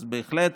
אז בהחלט